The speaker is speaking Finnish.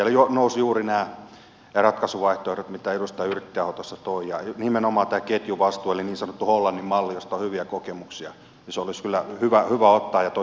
siellä nousivat juuri nämä ratkaisuvaihtoehdot mitä edustaja yrttiaho tuossa toi esille ja nimenomaan tämä ketjuvastuu eli niin sanottu hollannin malli josta on hyviä kokemuksia olisi kyllä hyvä ottaa huomioon